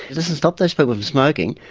it doesn't stop those people from smoking,